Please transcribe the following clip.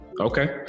Okay